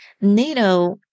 NATO